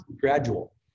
gradual